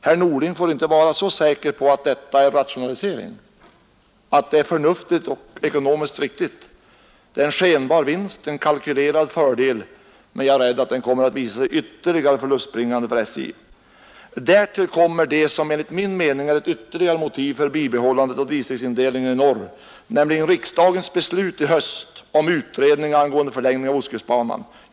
Herr Norling får inte vara så säker på att detta är rationalisering, att det är förnuftigt och ekonomiskt riktigt. Det blir en skenbar vinst och en kalkylerad fördel, men jag är rädd att rationaliseringen kommer att visa sig vara ytterligare förlustbringande för SJ. Därtill kommer det som enligt min mening är ett ytterligare motiv för bibehållande av distriktsindelningen i norr, nämligen riksdagens beslut i höst om utredning angående förlängning av ostkustbanan.